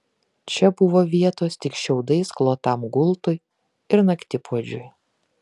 čia buvo vietos tik šiaudais klotam gultui ir naktipuodžiui